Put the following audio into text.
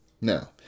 Now